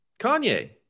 Kanye